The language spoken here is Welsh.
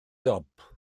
dop